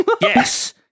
Yes